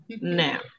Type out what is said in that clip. now